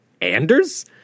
Anders